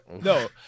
no